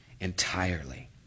entirely